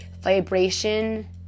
vibration